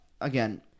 Again